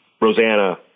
Rosanna